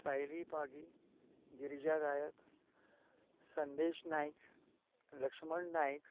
सायली पागी गिरिजा गायक संदेश नायक लक्ष्मण नायक